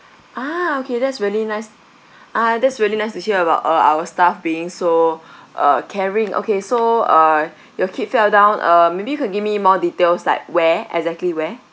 ah okay that's really nice ah that's really nice to hear about uh our staff being so uh caring okay so uh your kid fell down um maybe you could give me more details like where exactly where